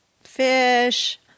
fish